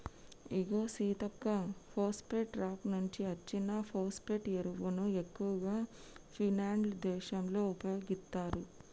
ఇగో సీతక్క పోస్ఫేటే రాక్ నుంచి అచ్చిన ఫోస్పటే ఎరువును ఎక్కువగా ఫిన్లాండ్ దేశంలో ఉపయోగిత్తారు